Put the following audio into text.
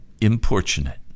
importunate